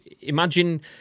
imagine